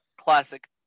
classic